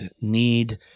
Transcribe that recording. need